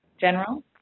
General